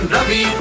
Ravi